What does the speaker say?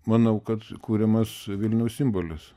manau kad kuriamas vilniaus simbolis